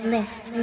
List